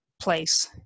place